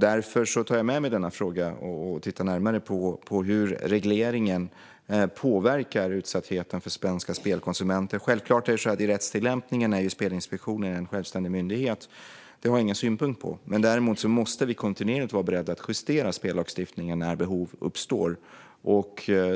Därför tar jag med mig denna fråga och tittar närmare på hur regleringen påverkar utsattheten för svenska spelkonsumenter. När det gäller rättstillämpningen kan jag säga att Spelinspektionen självklart är en självständig myndighet. Det har jag ingen synpunkt på. Däremot måste vi kontinuerligt vara beredda att justera spellagstiftningen när behov uppstår.